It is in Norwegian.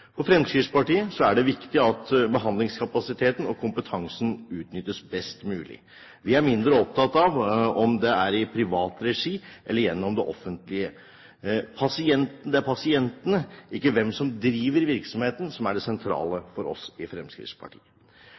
For Fremskrittspartiet er det viktig at behandlingskapasiteten og kompetansen utnyttes best mulig. Vi er mindre opptatt av om det er i privat regi, eller gjennom det offentlige. Det er pasientene, ikke hvem som driver virksomheten, som er det sentrale for oss i Fremskrittspartiet.